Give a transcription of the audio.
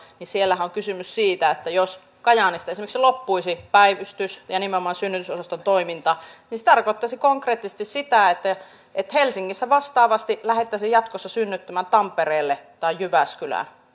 niin siellähän on kysymys siitä että jos kajaanista esimerkiksi loppuisi päivystys ja nimenomaan synnytysosaston toiminta niin se tarkoittaisi konkreettisesti sitä että että helsingistä vastaavasti lähdettäisiin jatkossa synnyttämään tampereelle tai jyväskylään